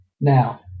Now